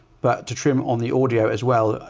but to trim on the audio as well.